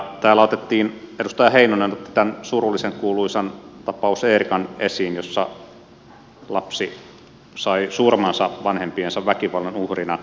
täällä edustaja heinonen otti tämän surullisenkuuluisan tapaus eerikan esiin jossa lapsi sai surmansa vanhempiensa väkivallan uhrina